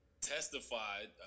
testified